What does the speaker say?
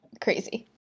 crazy